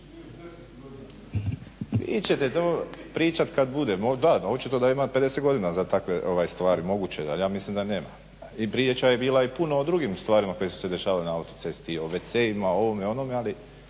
Vi ćete to pričat kad bude. Da, očito da ima 50 godina za takve stvari, moguće da. Ja mislim da nema. I priča je bilo i puno o drugim stvarima koje su se dešavale na autocesti i o wc-ima, ovome, onome, ali